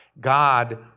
God